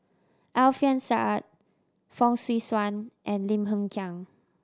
Alfian Sa'at Fong Swee Suan and Lim Hng Kiang